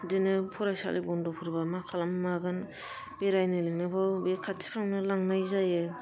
बिदिनो फरायसालि बन्द'फोरबा मा खालामगोन मागोन बेरायनो लेंनोबो बे खाथिफ्रावनो लांनाय जायो